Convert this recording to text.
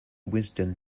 wisden